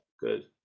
good